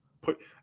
put